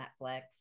Netflix